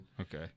Okay